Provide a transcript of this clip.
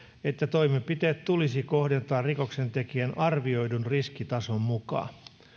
että toimenpiteet tulisi kohdentaa rikoksentekijän arvioidun riskitason mukaan